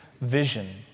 vision